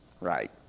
right